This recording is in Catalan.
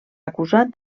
acusat